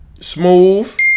smooth